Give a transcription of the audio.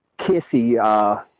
kissy